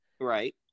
right